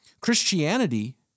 Christianity